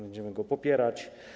Będziemy go popierać.